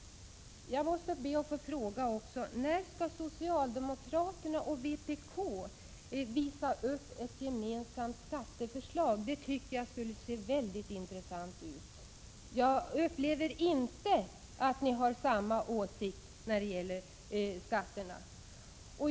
Jag måste ställa ytterligare en fråga: När skall socialdemokraterna och vpk visa upp ett gemensamt skatteförslag? Det skulle vara mycket intressant att få se. Jag upplever inte att ni har samma åsikt när det gäller skatterna.